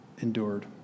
endured